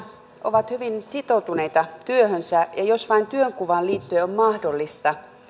ovat hyvin sitoutuneita työhönsä ja jos vain työnkuvaan liittyen on mahdollista